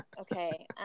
Okay